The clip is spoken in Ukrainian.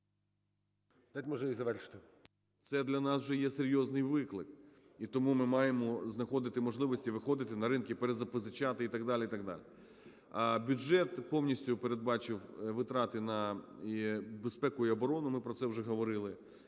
то це вже є серйозний виклик. І тому ми маємо знаходити можливості виходити на ринки, перепозичати і так далі, і так далі. А бюджет повністю передбачив витрати на безпеку і оборону, ми про це вже говорили,